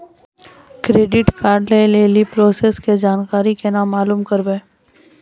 Credit card लय लेली process के जानकारी केना मालूम करबै?